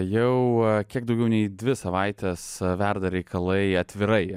jau kiek daugiau nei dvi savaites verda reikalai atvirai